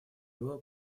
его